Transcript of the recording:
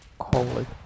holy